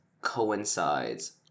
coincides